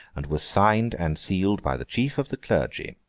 and were signed and sealed by the chief of the clergy,